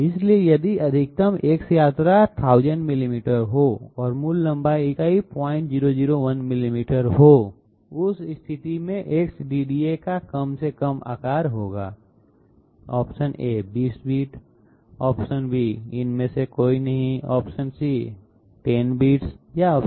इसलिए यदि अधिकतम X यात्रा 1000 मिलीमीटर हो और मूल लंबाई इकाई 0001 मिलीमीटर हो उस स्थिति में X DDA का कम से कम आकार होगा 20 बिट इनमें से कोई नहीं © 10 बिट्स 16 बिट्स